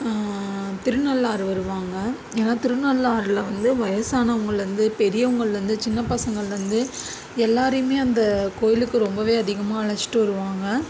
திருநள்ளாறு வருவாங்க ஏன்னா திருநள்ளாறில் வந்து வயசானவங்கள்லந்து பெரியவங்கள்லந்து சின்னப்பசங்கள்லந்து எல்லாரையுமே அந்த கோயிலுக்கு ரொம்பவே அதிகமாக அழைச்சிட்டு வருவாங்க